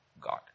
God